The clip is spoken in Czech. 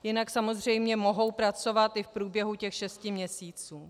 Jinak samozřejmě mohou pracovat i v průběhu těch šesti měsíců.